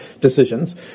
decisions